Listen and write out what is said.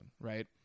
right